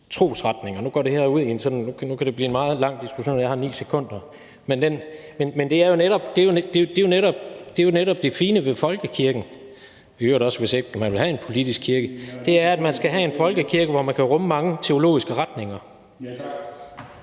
trosretninger – og nu kan det blive en meget lang diskussion, og jeg har 9 sekunder – og det er jo netop det fine ved folkekirken, i øvrigt også, hvis ikke man vil have en politisk kirke, at man skal have en folkekirke, hvor man kan rumme mange teologiske retninger.